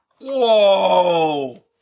Whoa